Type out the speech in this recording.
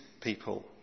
people